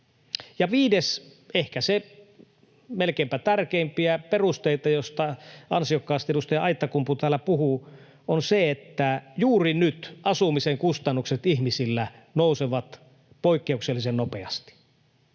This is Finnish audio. viides, ehkä melkeinpä tärkeimpiä perusteita, josta ansiokkaasti edustaja Aittakumpu täällä puhui, on se, että juuri nyt asumisen kustannukset ihmisillä nousevat poikkeuksellisen nopeasti.